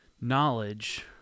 knowledge